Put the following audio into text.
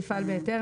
יפעל בהיתר,